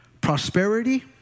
prosperity